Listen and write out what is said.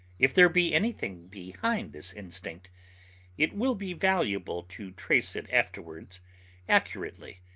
if there be anything behind this instinct it will be valuable to trace it afterwards accurately,